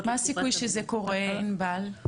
מה הסיכוי שזה קורה, ענבל?